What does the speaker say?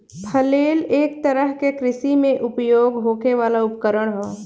flail एक तरह के कृषि में उपयोग होखे वाला उपकरण ह